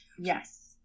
Yes